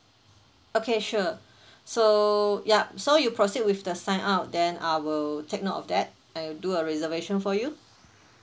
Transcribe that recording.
okay sure so yup so you proceed with the sign up then I will take note of that and do a reservation for you